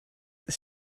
ist